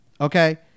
Okay